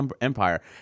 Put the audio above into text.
Empire